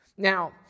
Now